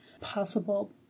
possible